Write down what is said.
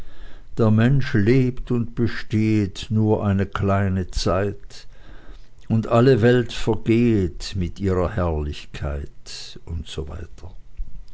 der mensch lebt und bestehet nur eine kleine zeit und alle welt vergehet mit ihrer herrlichkeit usw